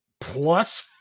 plus